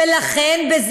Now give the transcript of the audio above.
ולכן,